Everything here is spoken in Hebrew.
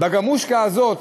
הגרמושקה הזאת,